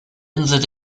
insel